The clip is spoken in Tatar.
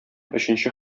өченче